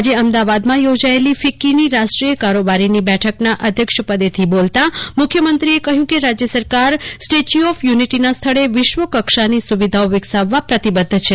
આજે અમદાવાદમાં યોજાયેલી ફિક્કીની રાષ્ટ્રીય કારોબારીની બેઠકના અધ્યક્ષપદેથી બોલતાં મુખ્યમંત્રીએ કહ્યું કે રાજય સરકાર સ્ટેચ્યુ ઓફ યુનિટીના સ્થળે વિશ્વ કક્ષાની સુવિધાઓ વિકસાવવા પ્રતિબદ્ધ છે